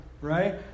right